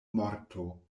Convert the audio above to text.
morto